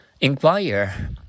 Inquire